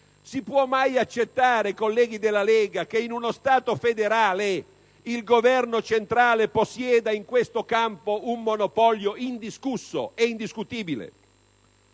È accettabile, colleghi della Lega, che in uno Stato federale il Governo centrale possieda in questo campo un monopolio indiscusso e indiscutibile?